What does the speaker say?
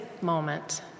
moment